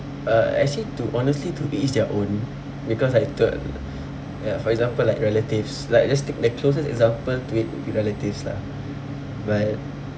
uh actually to honestly to each their own because like to ya for example like relatives like let's take the closest example to it would be relatives lah but